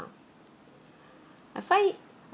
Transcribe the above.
I find